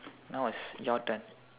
now is your turn